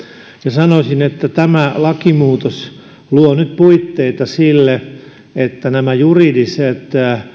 sanoisin että tämä lakimuutos luo nyt puitteita sille että nämä juridiset